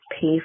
pay